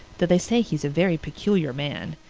though they say he's a very peculiar man.